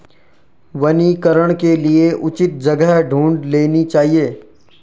वनीकरण के लिए उचित जगह ढूंढ लेनी चाहिए